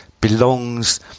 belongs